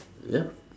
yup